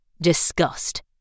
Disgust